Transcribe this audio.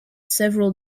several